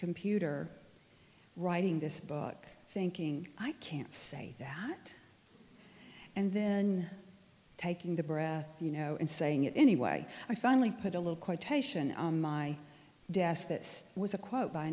computer writing this book thinking i can't say that and then taking the breath you know and saying it anyway i finally put a little quotation on my desk that was a quote by